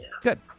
good